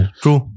true